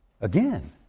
Again